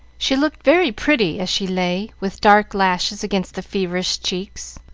she looked very pretty as she lay, with dark lashes against the feverish cheeks,